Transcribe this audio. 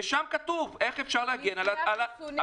ושם כתוב איך אפשר להגן על הטייסים.